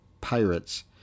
Pirates